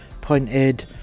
pointed